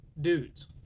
dudes